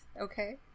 okay